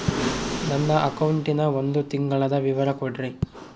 ನನ್ನ ಅಕೌಂಟಿನ ಒಂದು ತಿಂಗಳದ ವಿವರ ಕೊಡ್ರಿ?